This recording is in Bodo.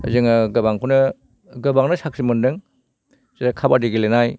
जोङो गोबांखौनो गोबांनो साख्रि मोन्दों जे काबादि गेलेनाय